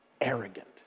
arrogant